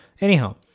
Anyhow